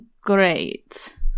great